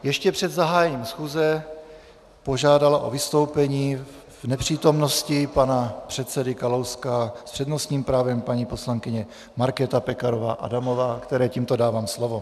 Ještě před zahájením schůze požádala o vystoupení v nepřítomnosti pana předsedy Kalouska s přednostním právem paní poslankyně Markéta Pekarová Adamová, které tímto dávám slovo.